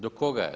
Do koga je?